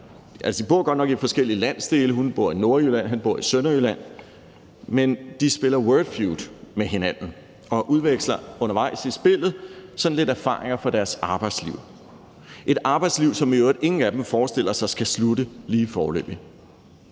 De bor godt nok i forskellige landsdele – hun bor i Nordjylland, han bor i Sønderjylland – men de spiller »Wordfeud« med hinanden og udveksler undervejs i spillet sådan lidt erfaringer fra deres arbejdsliv, et arbejdsliv, som ingen af dem i øvrigt forestiller sig skal slutte lige foreløbig.